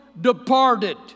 departed